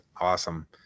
awesome